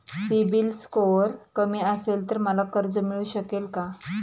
CIBIL score कमी असेल तर मला कर्ज मिळू शकेल का?